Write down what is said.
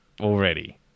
Already